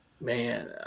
Man